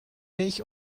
milch